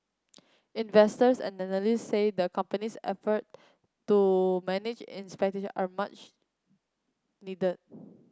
investors and analysts say the company's effort to manage expectation are much needed